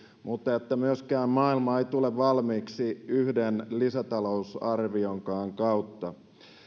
mutta maailma ei myöskään tule valmiiksi yhden lisätalousarvionkaan kautta